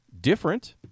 different